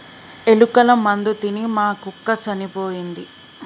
ఎలుకల మందు తిని మా కుక్క చనిపోయింది